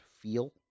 feel